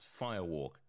Firewalk